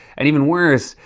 and even worse,